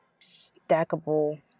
stackable